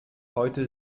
heute